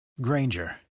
Granger